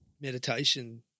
meditation